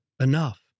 enough